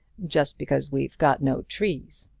just because we've got no trees.